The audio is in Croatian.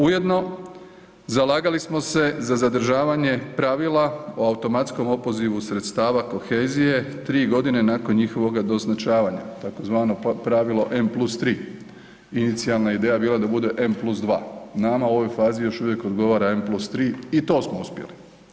Ujedno zalagali smo se za zadržavanje pravila o automatskom opozivu sredstava kohezije 3.g. nakon njihovoga doznačavanja tzv. pravilo M+3, inicijalna ideja je bila da bude M+2, nama u ovoj fazi još uvijek odgovara M+3 i to smo uspjeli.